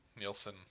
Nielsen